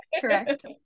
Correct